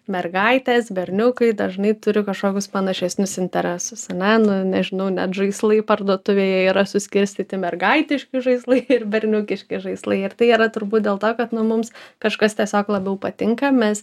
mergaitės berniukai dažnai turi kažkokius panašesnius interesus ane nu nežinau net žaislai parduotuvėje yra suskirstyti mergaitiškai žaislais ir berniukiški žaislai ir tai yra turbūt dėl to kad na mums kažkas tiesiog labiau patinka mes